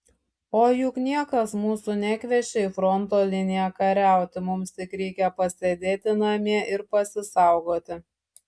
o juk niekas mūsų nekviečia į fronto liniją kariauti mums tik reikia pasėdėti namie ir pasisaugoti